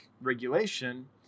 regulation